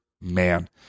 Man